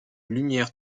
lumière